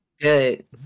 Good